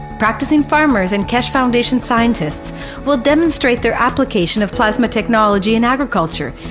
practicing farmers and keshe foundation scientists will demonstrate their application of plasma technology in agriculture,